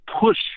push